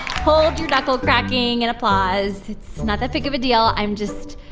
hold your knuckle-cracking and applause. it's not that big of a deal. i'm just.